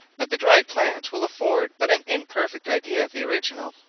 but the dried plant will afford but an imperfect idea of the original.